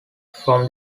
from